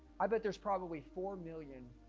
i bet there's probably four million